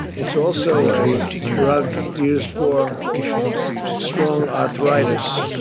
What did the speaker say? it's also a drug used for strong arthritis.